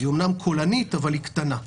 היא אמנם קולנית אבל היא קטנה.